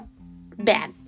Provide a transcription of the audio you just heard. bad